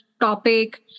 topic